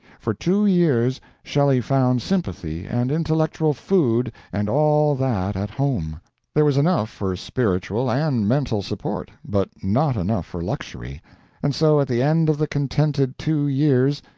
for two years shelley found sympathy and intellectual food and all that at home there was enough for spiritual and mental support, but not enough for luxury and so, at the end of the contented two years,